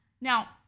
Now